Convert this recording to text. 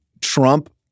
Trump